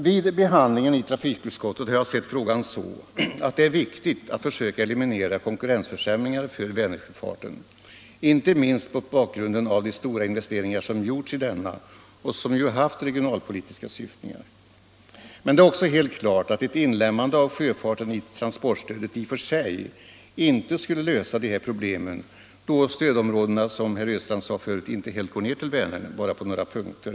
Vid behandlingen i trafikutskottet har jag sett frågan så att det är viktigt att försöka eliminera konkurrensförsämringar för Vänersjöfarten, inte minst mot bakgrund av de stora investeringar som gjorts i denna och som ju haft regionalpolitisk syftning. Men det är också helt klart att ett inlemmande av sjöfarten i transportstödet i och för sig inte skulle lösa dessa problem då stödområdena, som herr Östrand sade, inte helt går ned till Vänern — annat än på några ställen.